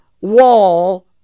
wall